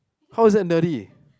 how is that nerdy